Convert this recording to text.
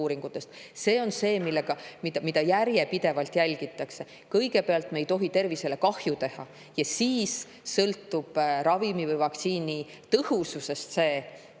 See on see, mida järjepidevalt jälgitakse. Kõigepealt, me ei tohi tervisele kahju teha, ja edasi sõltub ravimi või vaktsiini tõhususest,